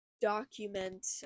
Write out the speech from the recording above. document